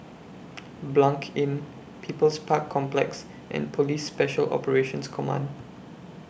Blanc Inn People's Park Complex and Police Special Operations Command